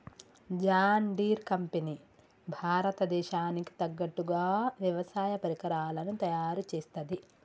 John Deere company భారత దేశానికి తగ్గట్టుగా వ్యవసాయ పరికరాలను తయారుచేస్తది